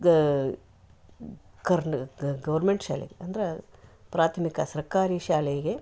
ಗ ಗವರ್ನ್ಮೆಂಟ್ ಶಾಲೆ ಅಂದರೆ ಪ್ರಾಥಮಿಕ ಸರ್ಕಾರಿ ಶಾಲೆಗೆ